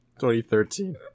2013